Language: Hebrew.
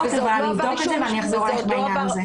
אבל אני אבדוק את זה ואני אחזור אליך עם תשובה.